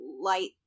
light